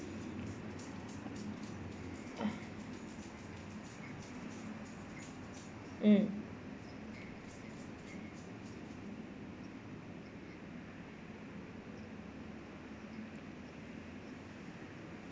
mm